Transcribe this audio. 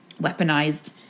weaponized